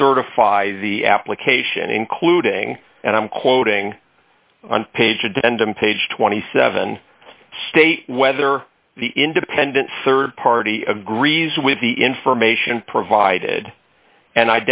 certify the application including and i'm quoting on page a defendant page twenty seven state whether the independent rd party agrees with the information provided and